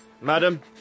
madam